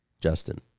Justin